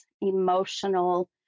emotional